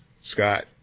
scott